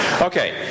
Okay